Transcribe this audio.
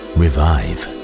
revive